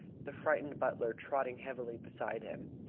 the frightened butler trotting heavily beside him.